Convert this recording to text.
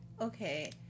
okay